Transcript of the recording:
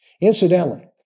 Incidentally